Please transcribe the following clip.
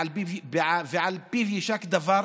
ועל פיו יישק דבר.